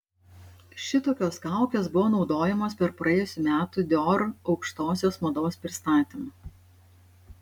šitokios kaukės buvo naudojamos per praėjusių metų dior aukštosios mados pristatymą